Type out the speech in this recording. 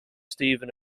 stephen